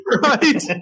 right